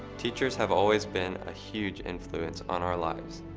teachers have always been a huge influence on our lives.